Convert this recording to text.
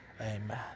Amen